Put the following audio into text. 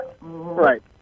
Right